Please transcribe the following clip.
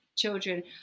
children